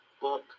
book